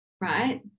right